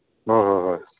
ꯍꯣꯏ ꯍꯣꯏ ꯍꯣꯏ